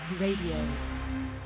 radio